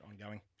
Ongoing